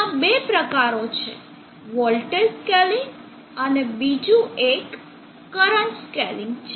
તેના બે પ્રકારો છે વોલ્ટેજ સ્કેલિંગ અને બીજું એક કરંટ સ્કેલિંગ છે